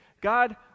God